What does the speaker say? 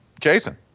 Jason